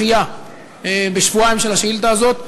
שאִפשר דחייה בשבועיים של השאילתה הזאת,